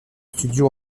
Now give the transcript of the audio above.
studio